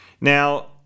now